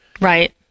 Right